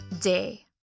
day